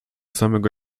samego